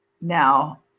Now